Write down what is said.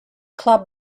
club